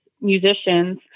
musicians